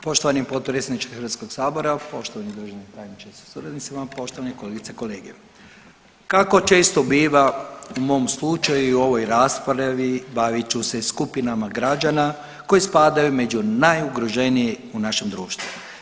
Poštovani potpredsjedniče Hrvatskog sabora, poštovani državni tajniče sa suradnicima, poštovane kolegice i kolege, kako često biva u mom slučaju u ovoj raspravi bavit ću se skupinama građana koji spadaju među najugroženije u našem društvu.